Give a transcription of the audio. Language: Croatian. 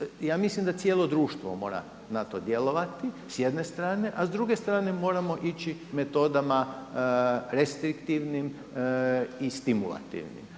Ja mislim da cijelo društvo mora na to djelovati sa jedne strane, a s druge strane moramo ići metodama restriktivnim i stimulativnim.